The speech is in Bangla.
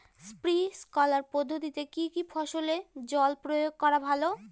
স্প্রিঙ্কলার পদ্ধতিতে কি কী ফসলে জল প্রয়োগ করা ভালো?